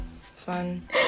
fun